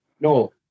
No